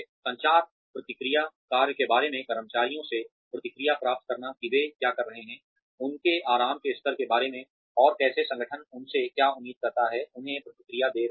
संचार प्रतिक्रिया कार्य के बारे में कर्मचारियों से प्रतिक्रिया प्राप्त करना कि वे क्या कर रहे हैं उनके आराम के स्तर के बारे में और कैसे संगठन उनसे क्या उम्मीद करता हैउन्हें प्रतिक्रिया दे रहे हैं